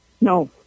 No